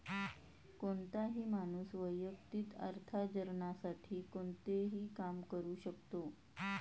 कोणताही माणूस वैयक्तिक अर्थार्जनासाठी कोणतेही काम करू शकतो